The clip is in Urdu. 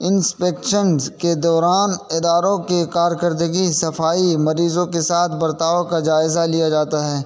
انسپیکشنز کے دوران اداروں کے کارکردگی صفائی مریضوں کے ساتھ برتاؤ کا جائزہ لیا جاتا ہے